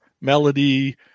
melody